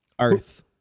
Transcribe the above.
Earth